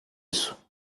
isso